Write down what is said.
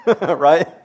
Right